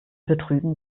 betrügen